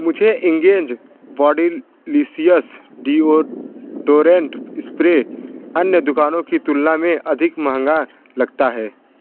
मुझे Engage bodylicious deodorant spray अन्य दुकानों की तुलना में अधिक महंगा लगता है